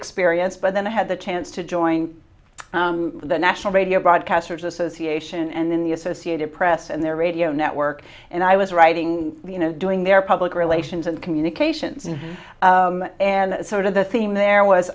experience but then i had the chance to join the national radio broadcasters association and then the associated press and their radio network and i was writing you know doing their public relations and communications and sort of the theme there was